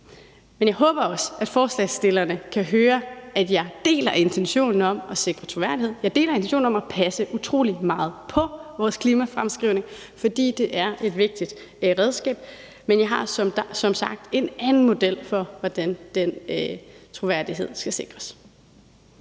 men jeg håber også, at forslagsstillerne kan høre, at jeg deler intentionen om at sikre troværdighed, og at jeg deler intentionen om at passe utrolig meget på vores klimafremskrivning, fordi det er et vigtigt redskab. Men jeg har som sagt et andet forslag til en model for, hvordan den troværdighed skal sikres.